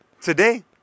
today